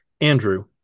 andrew